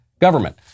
government